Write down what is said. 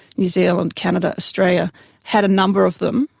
new zealand, canada, australia had a number of them,